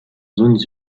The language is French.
zones